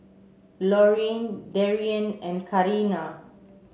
Lorine Darrien and Carina